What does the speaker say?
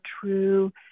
true